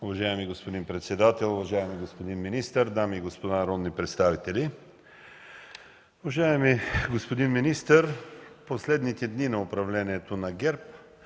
Уважаеми господин председател, уважаеми господин министър, дами и господа народни представители! Уважаеми господин министър, последните дни от управлението на ГЕРБ,